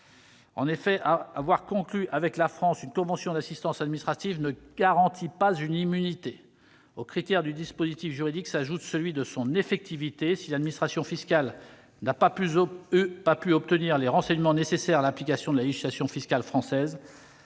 En effet, avoir conclu avec la France une convention d'assistance administrative ne garantit aucune « immunité » en la matière. Au critère du dispositif juridique s'ajoute celui de son effectivité : si l'administration fiscale n'a pas pu obtenir les renseignements nécessaires à l'application de la législation fiscale française,